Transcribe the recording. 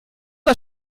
das